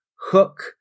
hook